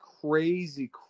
crazy